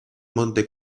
monte